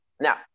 Now